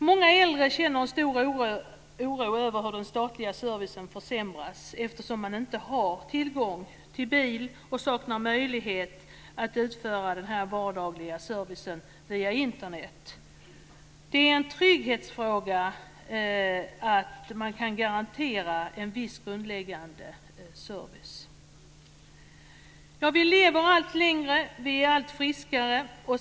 Många äldre känner en stor oro över hur den statliga servicen försämras, eftersom man inte har tillgång till bil och saknar möjlighet att ta del av denna vardagliga service via Internet. Det är en trygghetsfråga att man kan garantera en viss grundläggande service. Vi lever allt längre. Vi är allt friskare.